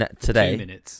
today